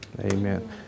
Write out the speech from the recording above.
Amen